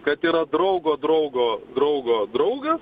kad yra draugo draugo draugo draugas